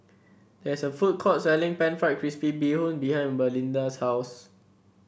there is a food court selling pan fried crispy Bee Hoon behind Belinda's house